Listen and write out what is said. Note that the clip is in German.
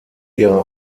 ihrer